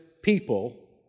people